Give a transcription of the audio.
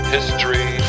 History